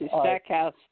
Stackhouse